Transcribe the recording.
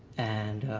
and